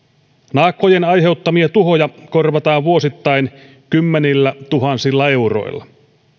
naakkojen aiheuttamia tuhoja korvataan vuosittain kymmenillätuhansilla euroilla